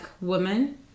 woman